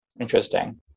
interesting